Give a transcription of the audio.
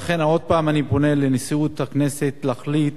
לכן, עוד פעם אני פונה לנשיאות הכנסת להחליט